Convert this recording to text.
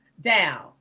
down